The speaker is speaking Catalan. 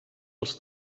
els